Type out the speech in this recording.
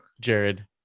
Jared